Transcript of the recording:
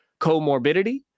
comorbidity